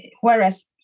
whereas